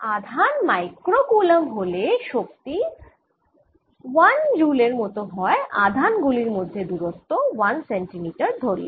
আধান micro coulomb হলে শক্তি 1 জ্যুল এর মত হয় আধান গুলির মধ্যে দূরত্ব 1 সেন্টিমিটার ধরলে